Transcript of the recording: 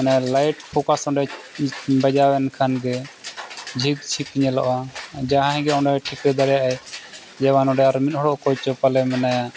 ᱢᱟᱱᱮ light focus ᱚᱸᱰᱮ ᱵᱟᱡᱟᱣᱮᱱ ᱠᱷᱟᱱ ᱜᱮ ᱡᱷᱤᱠ ᱡᱷᱤᱠ ᱧᱮᱞᱚᱜᱼᱟ ᱡᱟᱦᱟᱭ ᱜᱮ ᱚᱸᱰᱮ ᱴᱷᱤᱠᱟᱹ ᱫᱟᱲᱮᱭᱟᱜᱼᱟᱭ ᱡᱮᱢᱚᱱ ᱱᱚᱰᱮ ᱟᱨ ᱢᱤᱫ ᱦᱚᱲ ᱚᱠᱚᱭ ᱪᱚᱯᱟᱞᱮ ᱢᱮᱱᱟᱭᱟ